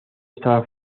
está